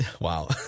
Wow